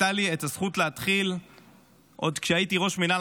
שהייתה לי את הזכות להתחיל בו עוד כשהייתי ראש מינהל